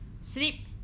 sleep